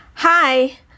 Hi